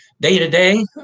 Day-to-day